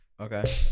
Okay